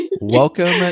welcome